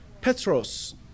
petros